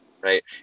right